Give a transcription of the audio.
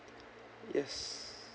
yes